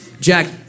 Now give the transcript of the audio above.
Jack